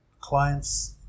clients